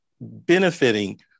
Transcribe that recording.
benefiting